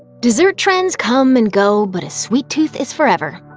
dessert trends come and go, but a sweet tooth is forever.